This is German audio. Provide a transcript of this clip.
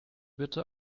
bitte